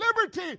liberty